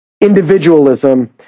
individualism